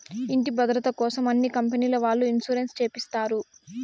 ఇంటి భద్రతకోసం అన్ని కంపెనీల వాళ్ళు ఇన్సూరెన్స్ చేపిస్తారు